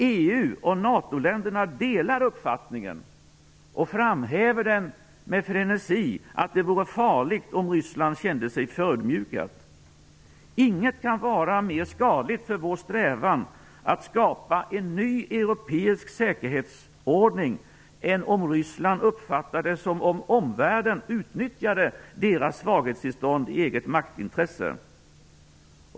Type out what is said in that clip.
EU och NATO-länderna delar uppfattningen, och framhäver den med frenesi, att det vore farligt om Ryssland kände sig förödmjukat. Inget kan vara mer skadligt för vår strävan att skapa en ny europeisk säkerhetsordning än om Ryssland uppfattar det som om omvärlden utnyttjade deras svaghetstillstånd i eget maktintresse.